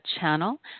channel